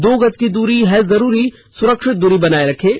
दो गज की दूरी है जरूरी सुरक्षित दूरी बनाए रखें